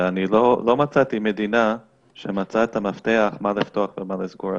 ולא מצאתי מדינה שמצאה את המפתח לשאלה מה לפתוח ומה לסגור.